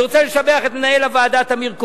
אני רוצה לשבח את מנהל הוועדה טמיר כהן,